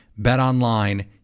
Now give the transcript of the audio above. Betonline